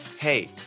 hey